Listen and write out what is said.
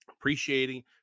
appreciating